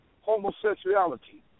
homosexuality